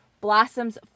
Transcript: blossoms